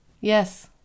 Yes